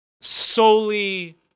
Solely